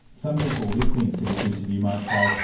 some people listening to this interview might say,